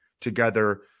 together